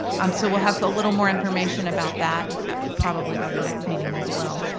um so we'll have a little more information about that probably by the next meeting as well.